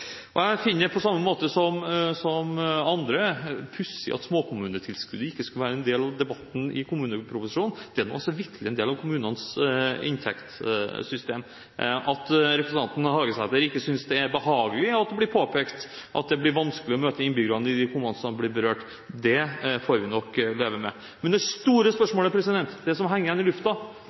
Jeg – som mange andre – finner det pussig at småkommunetilskuddet ikke skulle være en del av debatten i kommuneproposisjonen. Det er da vitterlig en del av kommunenes inntektssystem. At representanten Hagesæter ikke synes det er behagelig at det blir påpekt, og at det blir vanskelig å møte innbyggerne i de kommunene som blir berørt, får vi nok leve med. Men det store spørsmålet – det som henger igjen i lufta